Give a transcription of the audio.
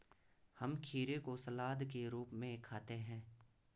हम खीरे को सलाद के रूप में खाते हैं